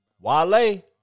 Wale